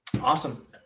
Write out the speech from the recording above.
Awesome